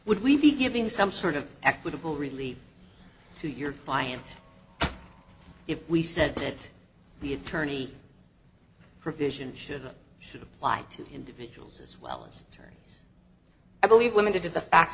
would we be giving some sort of equitable relief to your client if we said that the attorney provision should or should apply to individuals as well as a term i believe limited to the fact